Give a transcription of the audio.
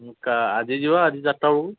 ଆଜି ଯିବା ଆଜି ଚାରିଟା ବେଳକୁ